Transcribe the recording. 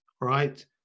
right